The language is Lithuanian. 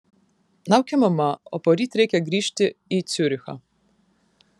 laukia mama o poryt reikia grįžti į ciurichą